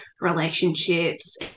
relationships